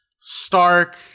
Stark